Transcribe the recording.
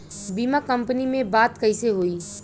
बीमा कंपनी में बात कइसे होई?